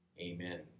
amen